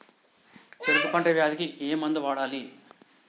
చెరుకు పంట వ్యాధి కి ఏ మందు వాడాలి?